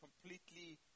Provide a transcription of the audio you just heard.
completely